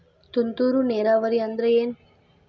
ತುಂತುರು ನೇರಾವರಿ ಅಂದ್ರ ಏನ್?